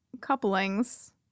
couplings